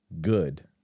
good